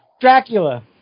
Dracula